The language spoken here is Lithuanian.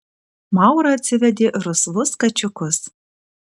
maura atsivedė rusvus kačiukus